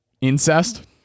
incest